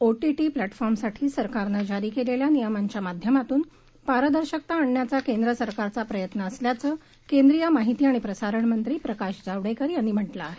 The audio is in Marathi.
ओटीटी प्लॅटफॉर्मसाठी सरकारनं जारी केलेल्या नियमांच्या माध्यमातून पारदर्शकता आणण्याचा केंद्रसरकारचा प्रयत्न असल्याचं केंद्रीय माहिती आणि प्रसारण मंत्री प्रकाश जावडेकर यांनी म्हटलं आहे